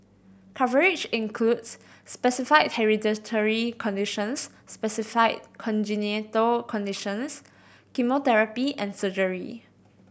coverage includes specified hereditary conditions specified congenital conditions chemotherapy and surgery